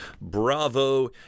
Bravo